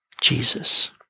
Jesus